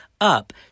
up